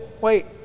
Wait